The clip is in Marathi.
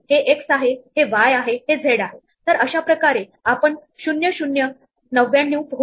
मी हे पिवळे आणि हिरवे या जॉइंट शेडींग ने दर्शवत आहे आणि विशेषतः हे दोन्ही पण त्यांच्या सुरुवातीच्या पॉइंट पासून तिथे पोहोचत आहे